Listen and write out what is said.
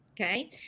Okay